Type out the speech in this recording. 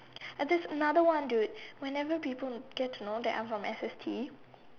and this another one dude whenever people get to know that I'm from S_S_G